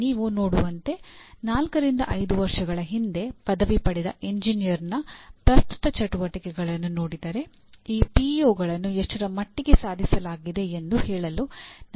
ನೀವು ನೋಡುವಂತೆ ನಾಲ್ಕರಿಂದ ಐದು ವರ್ಷಗಳ ಹಿಂದೆ ಪದವಿ ಪಡೆದ ಎಂಜಿನಿಯರ್ನ ಪ್ರಸ್ತುತ ಚಟುವಟಿಕೆಗಳನ್ನು ನೋಡಿದರೆ ಈ ಪಿಇಒಗಳನ್ನು ಎಷ್ಟರ ಮಟ್ಟಿಗೆ ಸಾಧಿಸಲಾಗಿದೆ ಎಂದು ಹೇಳಲು ನಮಗೆ ಸಾಧ್ಯವಾಗುತ್ತದೆ